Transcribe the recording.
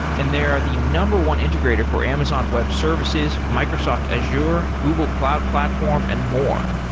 and they are the number one integrator for amazon web services, microsoft azure, google cloud platform and more.